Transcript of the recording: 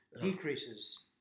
decreases